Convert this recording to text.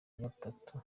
gatatu